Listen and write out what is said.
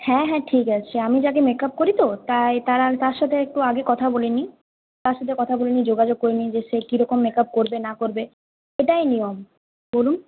হ্যাঁ হ্যাঁ ঠিক আছে আমি যাকে মেকাপ করি তো তাই তারা তার সঙ্গে একটু আগে কথা বলেনি তার সঙ্গে কথা বলেনি যোগাযোগ করেনি যে সে কী রকম মেকাপ করবে না করবে এটাই নিয়ম বলুন